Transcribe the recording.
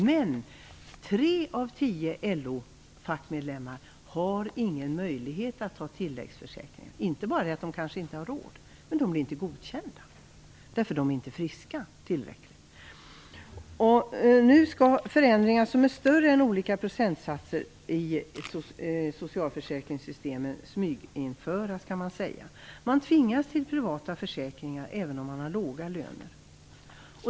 Men tre av tio LO-fackmedlemmar har ingen möjlighet att ta tilläggsförsäkringar. Det handlar inte bara om att de kanske inte har råd, utan de blir inte godkända eftersom de inte är tillräckligt friska. Nu skall förändringar som är större än de olika procentsatserna i socialförsäkringssystemen smyginföras. Man tvingas till privata försäkringar även om man har låga löner.